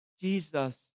Jesus